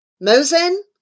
Mosen